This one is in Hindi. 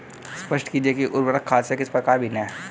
स्पष्ट कीजिए कि उर्वरक खाद से किस प्रकार भिन्न है?